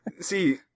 See